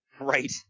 Right